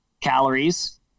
calories